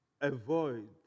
avoid